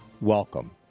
Welcome